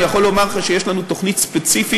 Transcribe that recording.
אני יכול לומר לך שיש לנו תוכנית ספציפית